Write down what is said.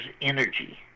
energy